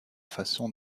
façon